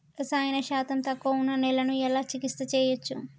రసాయన శాతం తక్కువ ఉన్న నేలను నేను ఎలా చికిత్స చేయచ్చు?